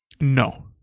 No